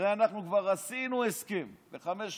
הרי כבר עשינו הסכם לחמש שנים.